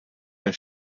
der